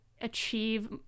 achieve